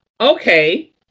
Okay